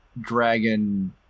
dragon